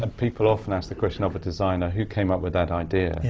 and people often ask the question of a designer, who came up with that idea? yeah.